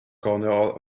corner